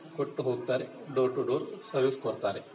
ಕೊಟ್ಟು ಹೋಗ್ತಾರೆ door to door service ಕೊಡ್ತಾರೆ